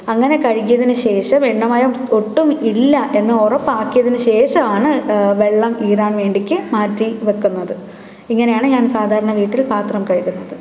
അങ്ങനെ കഴുകിയതിനു ശേഷം എണ്ണമയം ഒട്ടും ഇല്ല എന്ന് ഉറപ്പാക്കിയതിനുശേഷമാണ് വെള്ളം ഈറാൻവേണ്ടിക്ക് ആറ്റി വെയ്ക്കുന്നത് ഇങ്ങനെയാണ് ഞാൻ സാധാരണ വീട്ടിൽ പാത്രം കഴുകുന്നത്